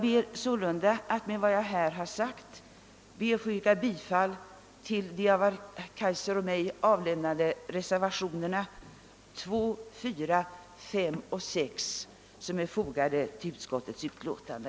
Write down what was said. Med det sagda ber jag att få yrka bifall till de av herr Kaijser och mig avlämnade reservationerna 2, 4, 5 och 6 som är fogade vid utskottets utlåtande.